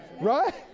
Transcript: right